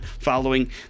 following